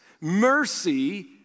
Mercy